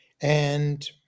and-